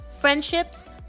friendships